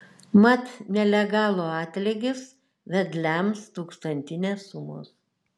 mat nelegalų atlygis vedliams tūkstantinės sumos